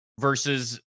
versus